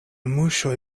muŝoj